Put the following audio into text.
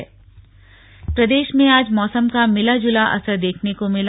मौसम प्रदेश में आज मौसम का मिला जुला असर देखने को मिला